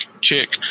Check